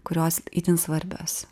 kurios itin svarbios